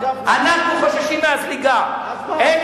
איזה